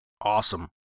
Awesome